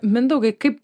mindaugai kaip